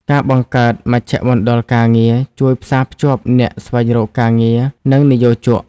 ការបង្កើតមជ្ឈមណ្ឌលការងារជួយផ្សារភ្ជាប់អ្នកស្វែងរកការងារ និងនិយោជក។